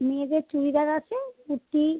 মেয়েদের চুড়িদার আছে কুর্তি